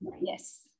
yes